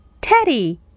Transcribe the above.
Teddy